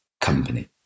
company